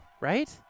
Right